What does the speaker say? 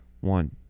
one